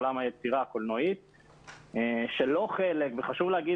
בעולם היצירה הקולנועי שהוא בכלל לא חלק